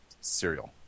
cereal